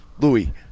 Louis